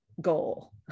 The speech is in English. goal